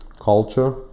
culture